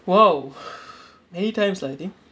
!whoa! many times lah I think